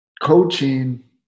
coaching